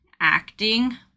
acting